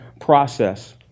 process